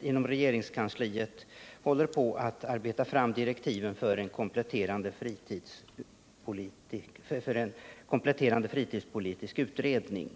inom regeringskansliet håller på att arbeta fram direktiven för en kompletterande fritidspolitisk utredning.